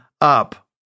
up